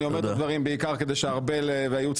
אני אומר הדברים בעיקר כדי שארבל והייעוץ